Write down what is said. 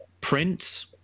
print